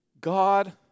God